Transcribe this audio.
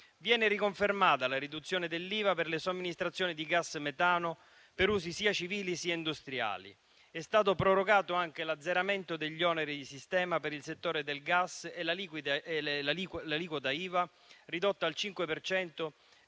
Viene riconfermata la riduzione dell'IVA per le somministrazioni di gas metano per usi sia civili, sia industriali. È stato prorogato l'azzeramento degli oneri di sistema per il settore del gas e l'aliquota IVA ridotta al 5